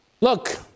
look